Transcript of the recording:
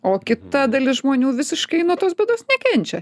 o kita dalis žmonių visiškai nuo tos bėdos nekenčia